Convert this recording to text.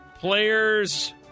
Players